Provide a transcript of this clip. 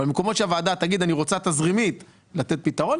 במקומות בהם הוועדה תגיד שהיא רוצה תזרימית לתת פתרון,